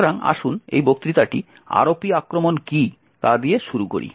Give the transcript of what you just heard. সুতরাং আসুন এই বক্তৃতাটি ROP আক্রমণ কী তা দিয়ে শুরু করি